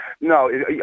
No